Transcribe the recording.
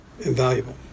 Invaluable